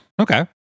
Okay